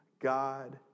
God